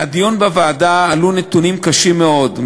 בדיון בוועדה עלו נתונים קשים מאוד,